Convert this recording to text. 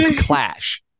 clash